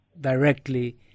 directly